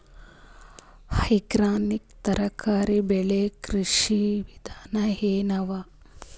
Organic ತರಕಾರಿ ಬೆಳಿ ಕೃಷಿ ವಿಧಾನ ಎನವ?